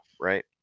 right